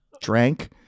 drank